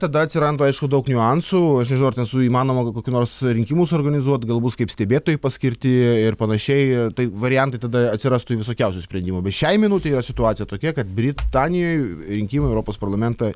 tada atsiranda aišku daug niuansų aš nežinau ar ten su įmanoma kokių nors rinkimų suorganizuot gal bus kaip stebėtojai paskirti ir panašiai tai variantai tada atsirastų visokiausių sprendimų šiai minutei yra situacija tokia kad britanijoje rinkimai į europos parlamentą